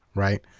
right?